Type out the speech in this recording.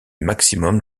maximum